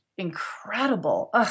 Incredible